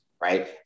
right